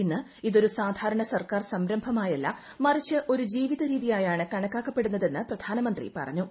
ഇന്ന് ഇതൊരു സാധാരണ സർക്കാർ സംരൂംഭമായല്ല മറിച്ച് ഒരു ജീവിതരീതി ആയാണ് കണക്കാക്കപ്പെടുന്നത് എന്ന് പ്രധാനമന്ത്രി പറഞ്ഞു